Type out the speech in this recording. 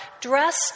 dressed